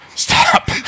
stop